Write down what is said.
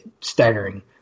staggering